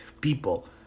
people